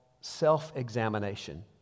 self-examination